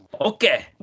Okay